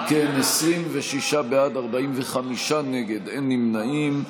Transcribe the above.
אם כן, 26 בעד, 45 נגד, אין נמנעים.